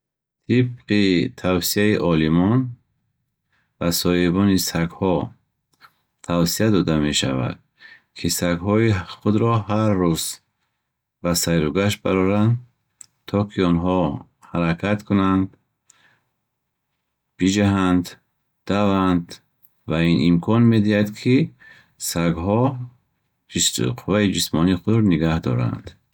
Тибқи тавсияи олимон ба соҳибони сагҳо тавсия дода мешавад, ки сагҳои худро ҳаррӯз ба сайругашт бароранд, то ки онҳо ҳаракат кунанд, биҷаҳанд, даванд. ин имкон медиҳад, ки сагҳо қувваи ҷисмонии худро нигаҳ доранд